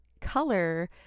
color